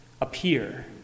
appear